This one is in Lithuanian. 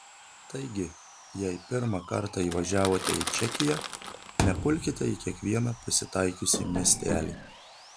taigi jei pirmą kartą įvažiavote į čekiją nepulkite į kiekvieną pasitaikiusį miestelį